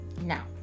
Now